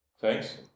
thanks